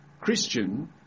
Christian